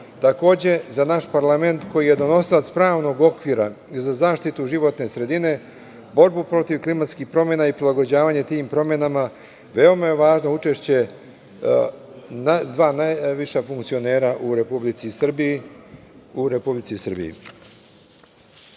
Takođe, za naš parlament, koji je donosilac pravnog okvira za zaštitu životne sredine, borbu protiv klimatskih promena i prilagođavanje tim promenama, veoma je važno učešće dva najviša funkcionera u Republici Srbiji.